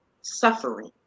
suffering